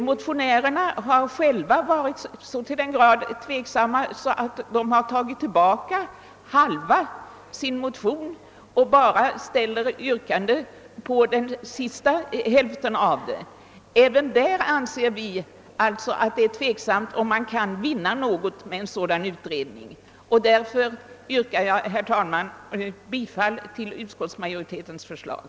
Motionärerna har själva varit så tveksamma att de tagit tillbaka hälften av sin motion och bara ställt yrkande om den sista hälften. även beträffande denna anser vi det emellertid tveksamt om man kan vinna något med den begärda utredningen, och därför yrkar jag, herr talman, bifall till utskottsmajoritetens förslag.